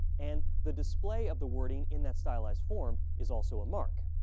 and the display of the wording in that stylized form is also a mark.